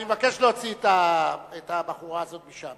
אני שותף מלא לדאגתך מפני גילויים שונים של גזענות.